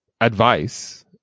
advice